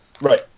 right